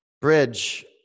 Bridge